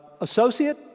associate